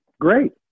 great